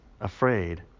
afraid